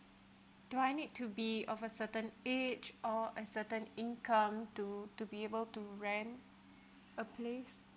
do I need to be of a certain age or a certain income to to be able to rent a place